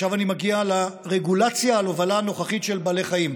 עכשיו אני מגיע לרגולציה על ההובלה הנוכחית של בעלי חיים.